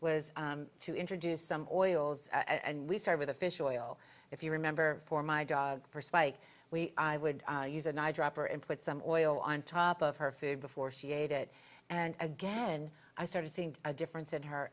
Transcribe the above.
was to introduce some oils and we start with the fish oil if you remember for my dog for spike we would use an eye dropper and put some oil on top of her food before she ate it and again i started seeing a difference in her